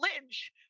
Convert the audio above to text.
Lynch